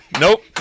Nope